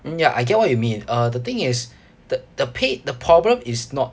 ya I get what you mean uh the thing is the the pay the problem is not